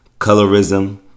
colorism